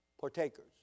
partakers